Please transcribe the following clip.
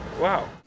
wow